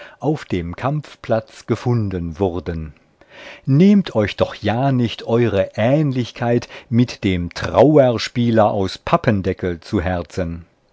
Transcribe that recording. auf dem kampfplatz gefunden wurden nehmt euch doch ja nicht eure ähnlichkeit mit dem trauerspieler aus pappendeckel zu herzen